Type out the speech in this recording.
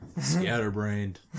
Scatterbrained